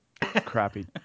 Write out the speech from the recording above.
crappy